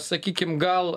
sakykim gal